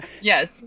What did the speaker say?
Yes